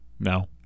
No